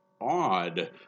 odd